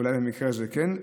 אולי במקרה הזה כן,